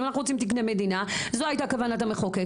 אנחנו רוצים תקני מדינה, זו הייתה כוונת המחוקק.